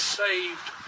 saved